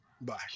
Bye